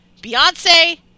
Beyonce